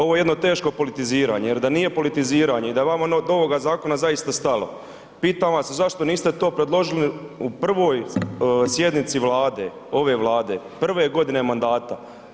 Ovo je jedno teško politiziranje, jer da nije politiziranje i da je vama do ovoga zakona zaista stalo, pitam vas zašto niste to predložili u prvoj sjednici Vlade, ove Vlade, prve godine mandata.